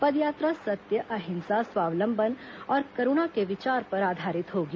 पदयात्रा सत्य अहिंसा स्वावलंबन और करूणा के विचार पर आधारित होगी